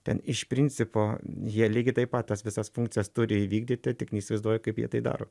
ten iš principo jie lygiai taip pat tas visas funkcijas turi įvykdyti tik neįsivaizduoju kaip jie tai daro